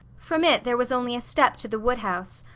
from it there was only a step to the woodhouse,